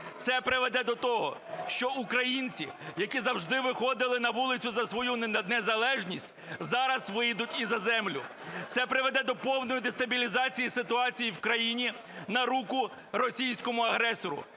це приведе до того, що українці, які завжди виходили на вулиці за свою незалежність, зараз вийдуть і за землю. Це призведе до повної дестабілізації ситуації в країні, на руку російському агресору.